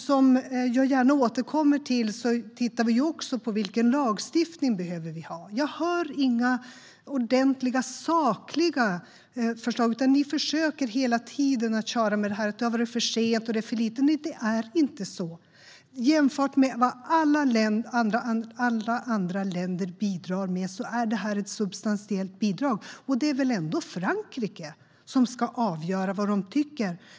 Som jag gärna återkommer till tittar vi även på vilken lagstiftning vi behöver ha. Jag hör inga ordentliga, sakliga förslag, utan ni försöker hela tiden köra med detta att det har varit för sent och för lite. Det är inte så. Jämfört med vad alla andra länder bidrar med är detta ett substantiellt bidrag, och det är väl ändå Frankrike som ska avgöra vad landet tycker.